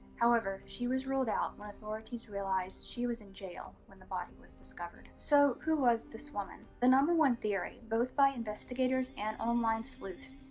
however, she was ruled out when authorities realized she was in jail when the body was discovered. so, who was this woman? the number one theory, both by investigators and online sleuths,